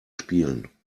spielen